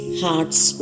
heart's